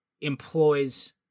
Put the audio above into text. employs